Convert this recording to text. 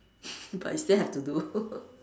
but you still have to do